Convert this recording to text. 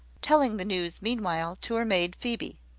telling the news meanwhile to her maid phoebe.